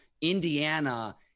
Indiana